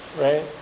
right